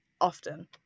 often